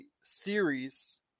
series